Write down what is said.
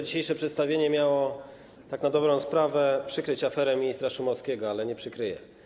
Dzisiejsze przedstawienie miało tak na dobrą sprawę przykryć aferę ministra Szumowskiego, ale nie przykryje.